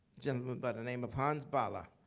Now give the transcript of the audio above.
gentleman, by the name of hans bala,